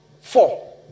four